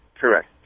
correct